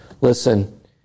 Listen